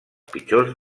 pitjors